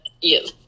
Yes